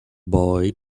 boy